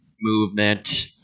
movement